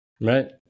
Right